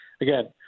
again